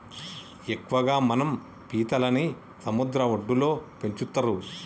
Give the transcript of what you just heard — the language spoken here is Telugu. ఎక్కువగా మనం పీతలని సముద్ర వడ్డులో పెంచుతరు